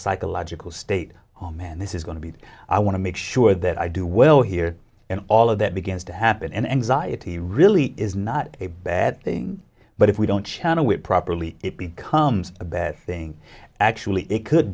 psychological state oh man this is going to be i want to make sure that i do well here and all of that begins to happen and anxiety really is not a bad thing but if we don't channel it properly it becomes a bad thing actually it could